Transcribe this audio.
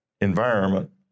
environment